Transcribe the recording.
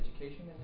education